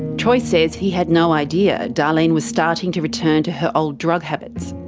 troy says he had no idea darlene was starting to return to her old drug habits.